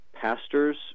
pastors